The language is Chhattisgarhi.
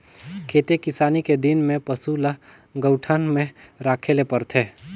खेती किसानी के दिन में पसू ल गऊठान में राखे ले परथे